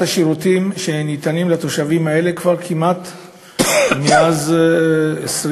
השירותים שניתנים לתושבים האלה כבר כמעט 21 שנה,